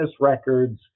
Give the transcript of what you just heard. records